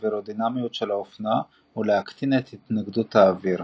האווירודינמיות של האופנוע ולהקטין את התנגדות האוויר.